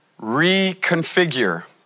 reconfigure